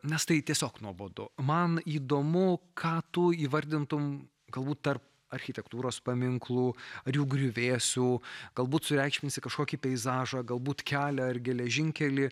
nes tai tiesiog nuobodu man įdomu ką tu įvardintum galbūt tarp architektūros paminklų ar jų griuvėsių galbūt sureikšminsi kažkokį peizažą galbūt kelią ar geležinkelį